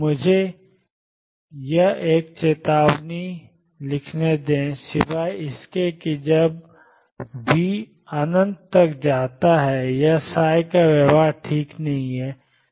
मुझे यहां एक चेतावनी लिखने दें सिवाय इसके कि जब V अनंत तक जाता है या का व्यवहार ठीक नहीं है